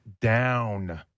down